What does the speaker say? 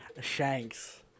Shanks